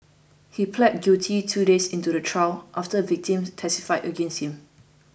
he pleaded guilty two days into the trial after victims testified against him